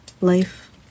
life